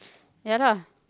ya lah